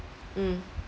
mm